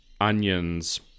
onions